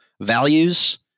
values